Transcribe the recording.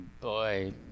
boy